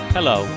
Hello